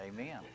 Amen